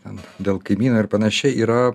ten dėl kaimyno ir panašiai yra